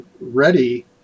ready